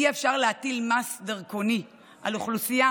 אי-אפשר להטיל מס דרקוני על אוכלוסייה